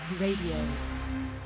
radio